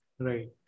right